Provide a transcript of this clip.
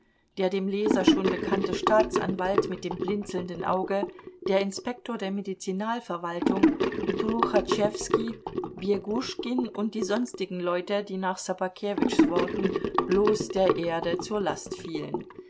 der dem leser schon bekannte staatsanwalt mit dem blinzelnden auge der inspektor der medizinalverwaltung truchatschewskij bjeguschkin und die sonstigen leute die nach ssobakewitschs worten bloß der erde zur last fielen